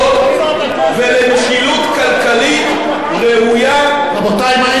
ולמשילות כלכלית ראויה ונכונה,